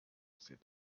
said